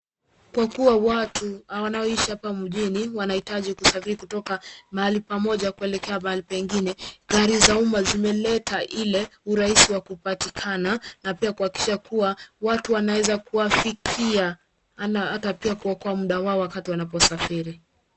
Kwa kuwa watu wanaoishi hapa mjini wanahitaji kusafiri kutoka mahali pamoja kuelekea mahali kwingine, gari za umma zileleta ule urahisi wa kupatikana na pia kuhakikisha kuwa watu wanaweza kuwafikia na hata pia kuoka muda wao wanaposafiri.